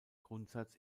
grundsatz